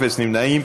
אפס נמנעים.